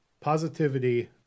positivity